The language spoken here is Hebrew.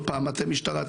אתם המשטרה,